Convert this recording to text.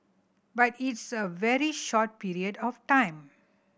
but it's a very short period of time